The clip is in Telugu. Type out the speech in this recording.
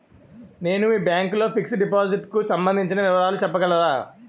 నేను మీ బ్యాంక్ లో ఫిక్సడ్ డెపోసిట్ కు సంబందించిన వివరాలు చెప్పగలరా?